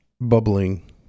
bubbling